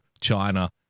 China